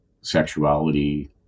sexuality